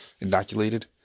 inoculated